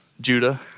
Judah